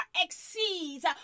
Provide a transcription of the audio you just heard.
exceeds